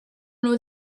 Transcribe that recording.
nhw